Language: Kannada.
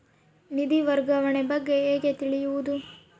ನಿಧಿ ವರ್ಗಾವಣೆ ಬಗ್ಗೆ ಹೇಗೆ ತಿಳಿಯುವುದು?